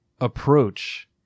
approach